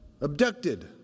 abducted